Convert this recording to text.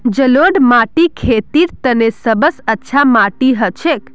जलौढ़ माटी खेतीर तने सब स अच्छा माटी हछेक